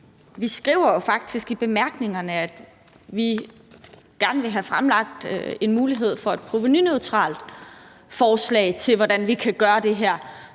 Vi skriver jo faktisk i bemærkningerne, at vi gerne vil have fremlagt et forslag til en provenuneutral måde, vi kan gøre det her